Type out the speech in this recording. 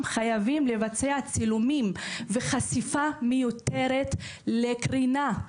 חייבים לבצע צילומים וחשיפה מיותרת לקרינה,